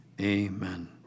Amen